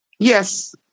Yes